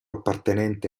appartenente